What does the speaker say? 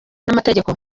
n’amategeko